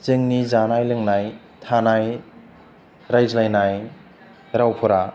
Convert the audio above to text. जोंनि जानाय लोंनाय थानाय रायज्लायनाय रावफोरा